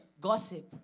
gossip